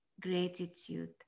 gratitude